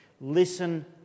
Listen